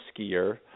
skier